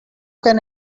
can